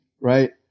right